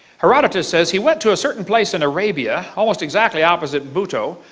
herodotus said he went to a certain place in arabia, almost exactly opposite buto.